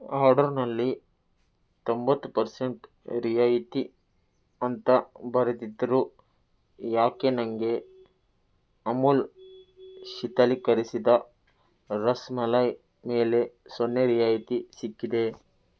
ಆರ್ಡರ್ನಲ್ಲಿ ತೊಂಬತ್ತು ಪರ್ಸೆಂಟ್ ರಿಯಾಯಿತಿ ಅಂತ ಬರೆದಿದ್ರು ಯಾಕೆ ನನಗೆ ಅಮುಲ್ ಶೀತಲೀಕರಿಸಿದ ರಸ್ಮಲೈ ಮೇಲೆ ಸೊನ್ನೆ ರಿಯಾಯಿತಿ ಸಿಕ್ಕಿದೆ